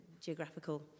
geographical